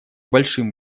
большим